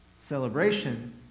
celebration